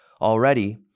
Already